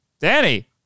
Danny